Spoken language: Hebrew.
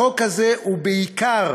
החוק הזה הוא בעיקר